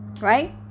right